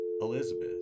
Elizabeth